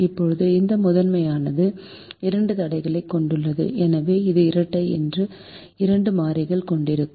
இப்போது இந்த முதன்மையானது இரண்டு தடைகளைக் கொண்டுள்ளது எனவே இது இரட்டை இரண்டு மாறிகள் கொண்டிருக்கும்